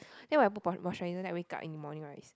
then when I put moisturiser then I wake up in the morning right